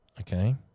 okay